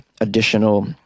additional